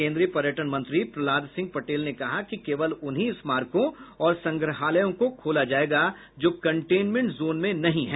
केन्द्रीय पर्यटन मंत्री प्रहलाद सिंह पटेल ने कहा कि केवल उन्हीं स्मारकों और संग्रहालयों को खोला जायेगा जो कंटेनमेंट जोन में नहीं हैं